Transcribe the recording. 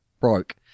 broke